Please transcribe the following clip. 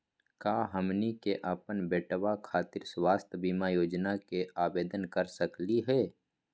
का हमनी के अपन बेटवा खातिर स्वास्थ्य बीमा योजना के आवेदन करे सकली हे?